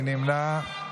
מי נמנע?